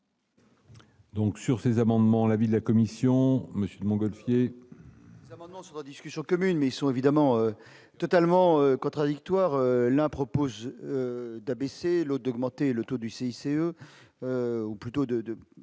Donc sur ces amendements, l'avis de la Commission, monsieur de Montgolfier.